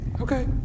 Okay